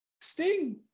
Sting